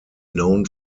known